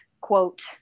quote